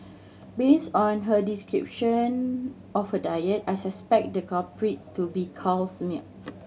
based on her description of her diet I suspected the culprit to be cow's milk